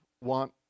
want